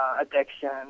addiction